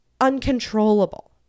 uncontrollable